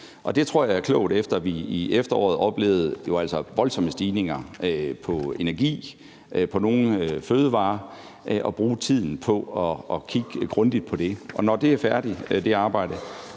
Og jeg tror, det er klogt, efter at vi i efteråret oplevede voldsomme stigninger på energi og på nogle fødevarer, at bruge tiden på at kigge grundigt på det. Og når det arbejde